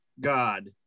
God